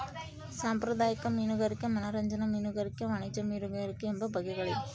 ಸಾಂಪ್ರದಾಯಿಕ ಮೀನುಗಾರಿಕೆ ಮನರಂಜನಾ ಮೀನುಗಾರಿಕೆ ವಾಣಿಜ್ಯ ಮೀನುಗಾರಿಕೆ ಎಂಬ ಬಗೆಗಳಿವೆ